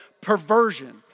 perversion